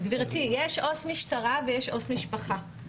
גברתי, יש עו"ס משטרה ויש עו"ס משפחה.